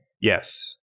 Yes